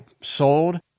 sold